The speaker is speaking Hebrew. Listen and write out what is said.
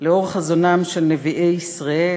לאור חזונם של נביאי ישראל,